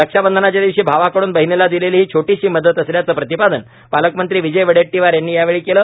रक्षाबंधनाच्या दिवशी भावाकडून बहिणीला दिलेली ही छोटीशी मदत असल्याचे प्रतिपादन पालकमंत्री विजय वडेट्टीवार यांनी यावेळी केले